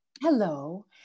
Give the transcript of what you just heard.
hello